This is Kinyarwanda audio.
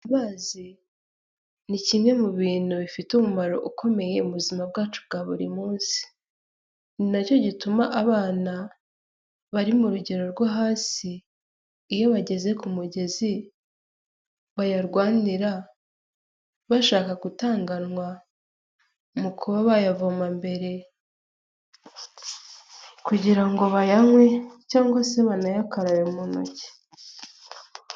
Amazi ni kimwe mu bintu bifite umumaro ukomeye mu buzima bwacu bwa buri munsi . Ni nacyo gituma abana bari mu rugero rwo hasi iyo bageze ku mugezi bayarwanira bashaka gutanguranwa mu kuba bayavoma mbere kugira ngo bayanywe cyangwa se banayakaraye mu ntoki.